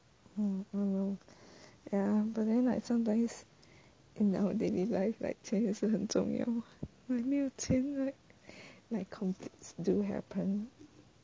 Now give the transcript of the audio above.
嗯 ya but then like sometimes in our daily life like 钱也是很重要 like 没有钱 like conflicts do happen